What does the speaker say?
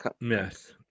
Yes